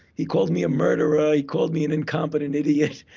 he called me a murderer. he called me an incompetent idiot.